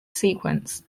sequence